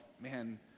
man